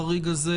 החריג הזה,